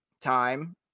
time